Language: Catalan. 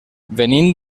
venim